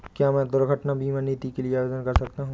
क्या मैं दुर्घटना बीमा नीति के लिए आवेदन कर सकता हूँ?